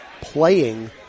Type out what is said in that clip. playing